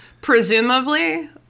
Presumably